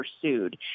pursued